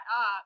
up